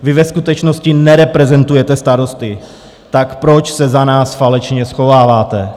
Vy ve skutečnosti nereprezentujete starosty, tak proč se za nás falešně schováváte?